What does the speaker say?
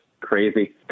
crazy